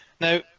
Now